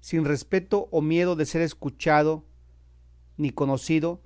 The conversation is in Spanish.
sin respeto o miedo de ser escuchado ni conocido